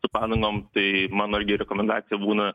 su padangom tai mano rekomendacija būna